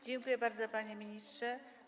Dziękuję bardzo, panie ministrze.